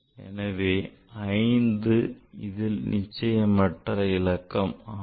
எனவே இது 5 நிச்சயமற்ற இலக்கம் ஆகும்